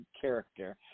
character